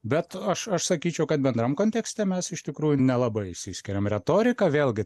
bet aš aš sakyčiau kad bendram kontekste mes iš tikrųjų nelabai išsiskiriam retorika vėlgi